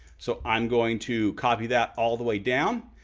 so i'm going to copy that all the way down.